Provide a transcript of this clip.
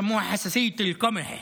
קוראים לה רגישות לקמח.